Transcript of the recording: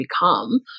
become